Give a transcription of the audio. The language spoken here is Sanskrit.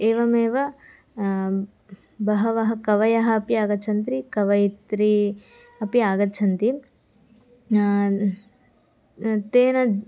एवमेव बहवः कवयः अपि आगच्छन्ति कवयित्र्यः अपि आगच्छन्ति तेन